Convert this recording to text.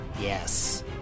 Yes